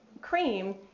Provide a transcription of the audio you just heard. cream